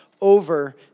over